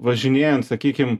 važinėjant sakykim